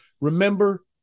Remember